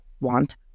want